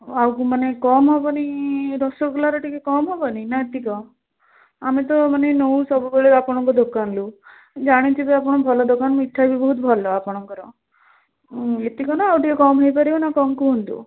ଆଉକୁ ମାନେ କମ୍ ହେବନି ରସଗୋଲାର ଟିକିଏ କମ ହେବନି ନା ଏତିକି ଆମେ ତ ମାନେ ନେଉ ସବୁବେଳେ ଆପଣଙ୍କ ଦୋକାନରୁ ଜାଣିଥିବେ ଆପଣ ଭଲ ଦୋକାନ ମିଠା ବି ବହୁତ ଭଲ ଆପଣଙ୍କର ଏତିକି ନା ଆଉ ଟିକିଏ କମ୍ ହେଇପାରିବ ଆପଣ କୁହନ୍ତୁ